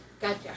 Gotcha